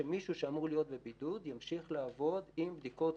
שמישהו שאמור להיות בבידוד ימשיך לעבוד עם בדיקות